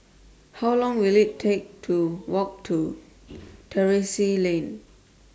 How Long Will IT Take to Walk to Terrasse Lane